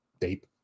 deep